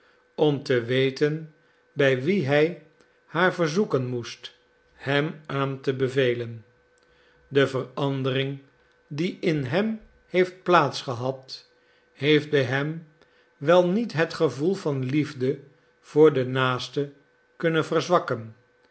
om te weten bij wien hij haar verzoeken moest hem aan te bevelen de verandering die in hem heeft plaats gehad heeft bij hem wel niet het gevoel van liefde voor den naaste kunnen verzwakken